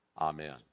Amen